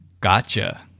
Gotcha